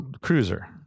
cruiser